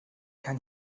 kann